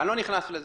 אני לא נכנס לזה.